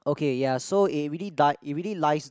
okay ya so it really doe~ it really lies